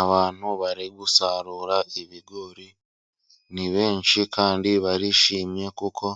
Abantu bari gusarura ibigori, ni benshi kandi barishimye kuko